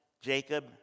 Jacob